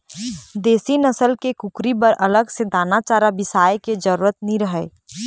देसी नसल के कुकरी बर अलग ले दाना चारा बिसाए के जरूरत नइ रहय